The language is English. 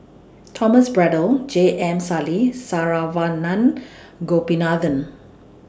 Thomas Braddell J M Sali Saravanan Gopinathan